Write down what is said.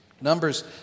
Numbers